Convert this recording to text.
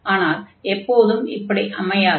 ஆனால் எப்போதும் இப்படி அமையாது